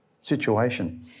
situation